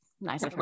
nice